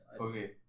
Okay